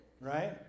right